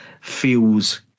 feels